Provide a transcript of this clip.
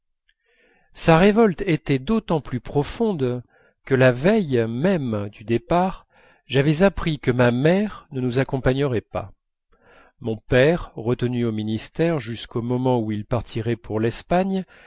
sa révolte était d'autant plus profonde que la veille même du départ j'avais appris que ma mère ne nous accompagnerait pas mon père retenu au ministère jusqu'au moment où il partirait pour l'espagne